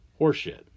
Horseshit